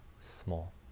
small